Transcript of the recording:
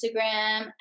instagram